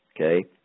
Okay